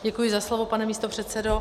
Děkuji za slovo, pane místopředsedo.